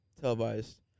televised